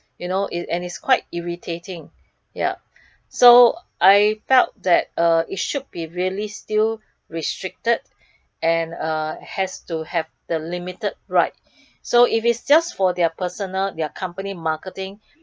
you know and it's quite irritating ya so I felt that uh it should be really still restricted and uh has to have the limited right so if it is just for their personal their company marketing